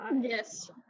Yes